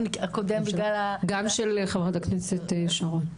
הקודם בגלל --- גם של חברת הכנסת שרון.